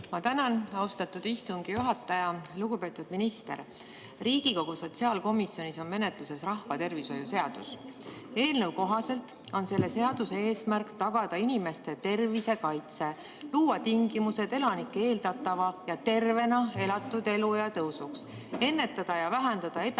Ma tänan, austatud istungi juhataja! Lugupeetud minister! Riigikogu sotsiaalkomisjonis on menetluses rahvatervishoiu seadus. Eelnõu kohaselt on selle seaduse eesmärk tagada inimeste tervise kaitse, luua tingimused elanike eeldatava ja tervena elatud eluea tõusuks, ennetada ja vähendada